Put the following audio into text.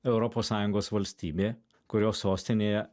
europos sąjungos valstybė kurios sostinėje